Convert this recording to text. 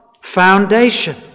foundation